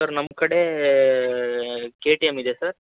sir ನಮ್ಮ ಕಡೆ K T M ಇದೆ ಸರ್